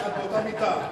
ביחד באותה מיטה,